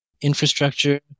infrastructure-